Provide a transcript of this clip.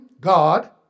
God